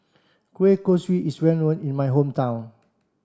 Kueh Kosui is well known in my hometown